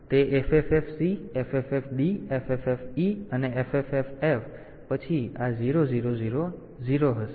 તેથી તે FFFC FFFD FFFE અને FFFF પછી આ 0000 હશે